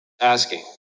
asking